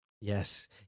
Yes